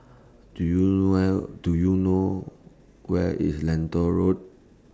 Do YOU Where Do YOU know Where IS Lentor Road